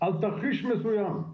על תרחיש מסוים,